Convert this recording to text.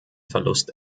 verlust